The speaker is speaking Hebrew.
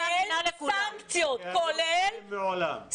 גם אם אני מאמינה לכולם.